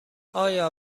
آیا